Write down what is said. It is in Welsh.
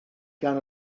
gan